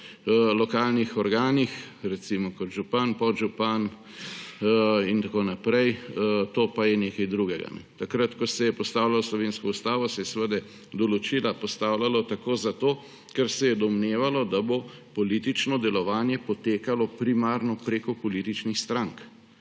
v lokalnih organih, recimo kot župan, podžupan in tako naprej, to pa je nekaj drugega. Takrat ko se je postavljala slovenska ustava, so se določila postavljala tako zato, ker se je domnevalo, da bo politično delovanje poteklo primarno preko političnih strank.